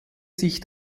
sich